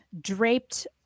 draped